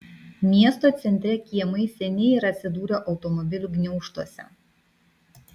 miesto centre kiemai seniai yra atsidūrę automobilių gniaužtuose